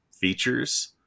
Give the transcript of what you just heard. features